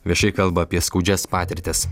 viešai kalba apie skaudžias patirtis